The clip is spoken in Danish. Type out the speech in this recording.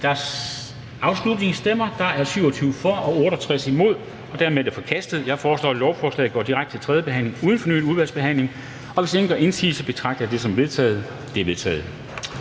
for eller imod stemte 0. Ændringsforslaget er dermed forkastet. Jeg foreslår, at lovforslaget går direkte til tredje behandling uden fornyet udvalgsbehandling. Hvis ingen gør indsigelse, betragter jeg det som vedtaget. Det er vedtaget.